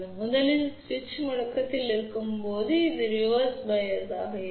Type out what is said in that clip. மேலும் சுவிட்ச் முடக்கத்தில் இருக்கும்போது இது தலைகீழ் சார்புடையதாக இருக்கும்